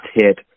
hit